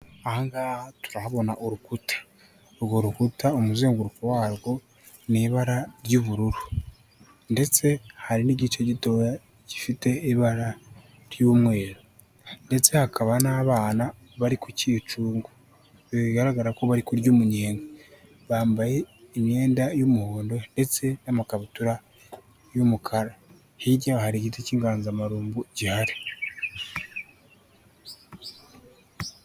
Aha ngaha turahabona urukuta, urwo rukuta umuzenguruko warwo ni ibara ry'ubururu ndetse hari n'igice gitoya gifite ibara ry'umweru ndetse hakaba n'abana bari ku kicungo, ibi bigaragara ko bari kurya umunyenga, bambaye imyenda y'umuhondo ndetse n'amakabutura y'umukara, hirya yaho hari igiti cy'inganzamarumbo gihari.